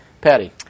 Patty